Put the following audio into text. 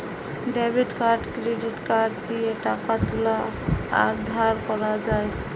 debit card credit card দিয়ে টাকা তুলা আর ধার করা যায়